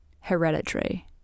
Hereditary